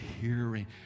hearing